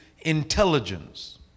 intelligence